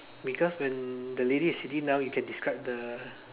because when the lady is sitting down you can describe the